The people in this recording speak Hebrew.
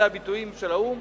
אלה הביטויים של האו"ם.